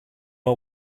are